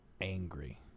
angry